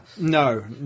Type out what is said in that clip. No